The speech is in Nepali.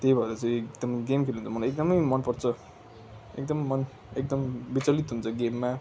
त्यही भएर चाहिँ एकदम गेम खेल्नु त मलाई एकदमै मनपर्छ एकदम मन एकदम विचलित हुन्छ गेममा